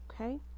okay